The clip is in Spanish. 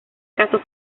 caso